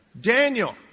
Daniel